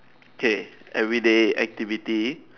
okay everyday activity